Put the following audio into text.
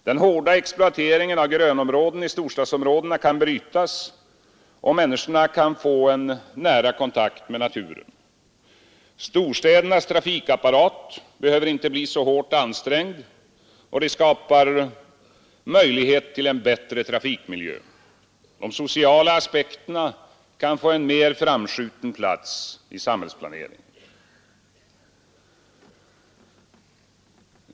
Den hårda exploateringen av grönområden i storstadsområdena kan brytas och människorna få möjligheter till en nära kontakt med naturen. Storstädernas trafikapparat behöver inte bli så hårt ansträngd, och detta skapar möjligheter till en bättre trafikmiljö. De sociala aspekterna kan få en mer framskjuten plats i samhällsplaneringen.